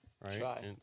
Right